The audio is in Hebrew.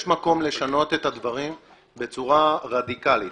יש מקום לשנות את הדברים בצורה רדיקלית,